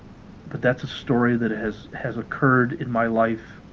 but that's a story that has has occurred in my life